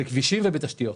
בכבישים ובתשתיות.